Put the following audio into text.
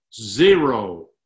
zero